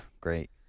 great